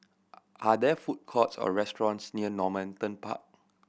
are there food courts or restaurants near Normanton Park